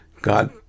God